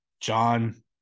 John